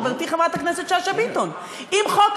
חברתי חברת הכנסת שאשא ביטון, אם חוק